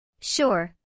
Sure